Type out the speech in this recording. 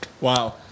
Wow